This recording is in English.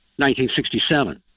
1967